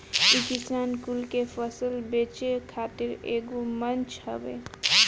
इ किसान कुल के फसल बेचे खातिर एगो मंच हवे